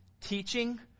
teaching